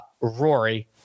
Rory